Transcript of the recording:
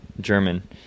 German